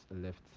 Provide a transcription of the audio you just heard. left